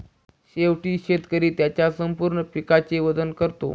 शेवटी शेतकरी त्याच्या संपूर्ण पिकाचे वजन करतो